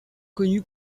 connu